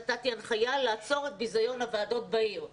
נתתי הנחיה לעצור את ביזיון הוועדות בעיר.